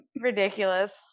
ridiculous